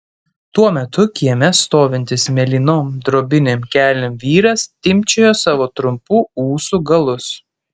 tuo metu kieme stovintis mėlynom drobinėm kelnėm vyras timpčiojo savo trumpų ūsų galus